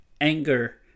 anger